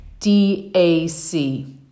DAC